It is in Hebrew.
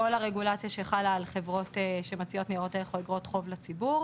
כל הרגולציה שחלה על חברות שמציעות ניירות ערך או אגרות חוב לציבור.